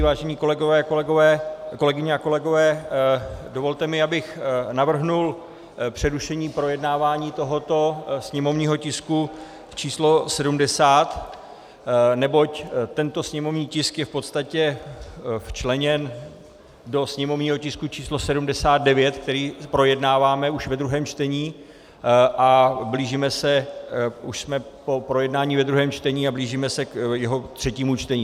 Vážené kolegyně a kolegové, dovolte mi, abych navrhl přerušení projednávání tohoto sněmovního tisku číslo 70, neboť tento sněmovní tisk je v podstatě včleněn do sněmovního tisku číslo 79, který projednáváme už ve druhém čtení, a blížíme se, už jsme po projednání ve druhém čtení a blížíme se k jeho třetímu čtení.